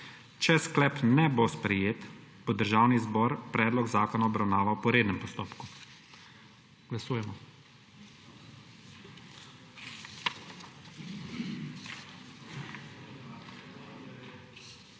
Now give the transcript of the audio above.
Če sklep ne bo sprejet, bo Državni zbor predlog zakona obravnaval po rednem postopku. Glasujemo.